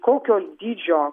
kokio dydžio